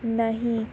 ਨਹੀਂ